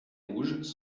rouges